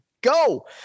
go